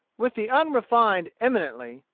with the unrefined eminently,